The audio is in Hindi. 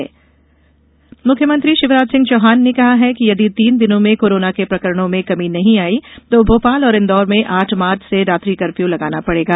सीएम कोरोना मुख्यमंत्री शिवराज सिंह चौहान ने कहा है कि यदि तीन दिनों में कोरोना के प्रकरणों में कमी नहीं आई तो भोपाल और इंदौर में आठ मार्च से रात्रि कफ़र्यू लगाना पड़ेगा